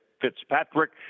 Fitzpatrick